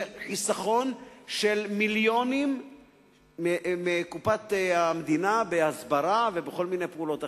זה חיסכון של מיליונים מקופת המדינה להסברה ולכל מיני פעולות אחרות.